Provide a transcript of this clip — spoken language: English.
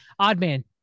Oddman